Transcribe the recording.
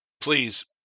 Please